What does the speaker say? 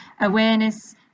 awareness